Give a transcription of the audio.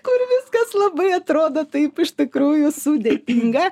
kur viskas labai atrodo taip iš tikrųjų sudėtinga